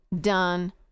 done